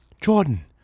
Jordan